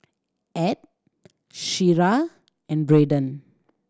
Edd Shira and Braiden